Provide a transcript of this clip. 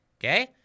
Okay